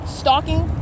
stalking